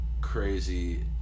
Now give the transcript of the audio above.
crazy